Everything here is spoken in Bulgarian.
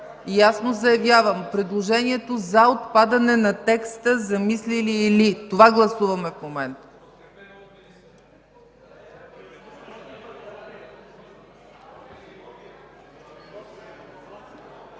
ясно заявявам: предложението за отпадане на текста „замислили или”. Това гласуваме в момента.